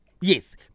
Yes